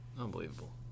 Unbelievable